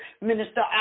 Minister